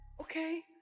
okay